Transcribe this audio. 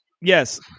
Yes